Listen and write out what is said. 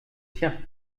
tiens